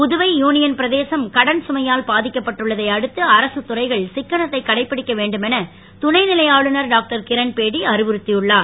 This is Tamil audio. புதுவை யூனியன் பிரதேசம் கடன் சுமையால் பாதிக்கப்பட்டுள்ளதை அடுத்து அரசுத் துறைகள் சிக்கனத்தைக் கடைப்பிடிக்க வேண்டுமென துணைநிலை ஆளுனர் டாக்டர்கிரண்பேடி அறிவுறுத்தியுள்ளார்